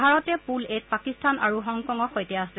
ভাৰতে পূল এ ত পাকিস্তান আৰু হংকঙৰ সৈতে আছে